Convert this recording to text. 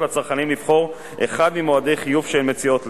לצרכנים לבחור אחד ממועדי חיוב שהן מציעות להם.